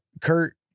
Kurt